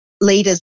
leaders